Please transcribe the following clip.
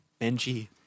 Benji